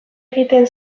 egiten